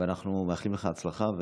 אנחנו מאחלים לך הצלחה.